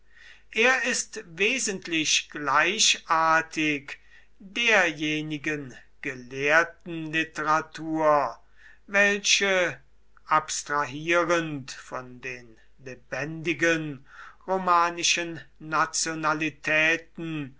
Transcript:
er ist wesentlich gleichartig derjenigen gelehrtenliteratur welche abstrahierend von den lebendigen romanischen nationalitäten